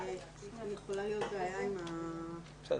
יכולה להיות בעיה עם --- בסדר.